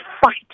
fight